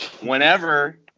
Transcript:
whenever –